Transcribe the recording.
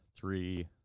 three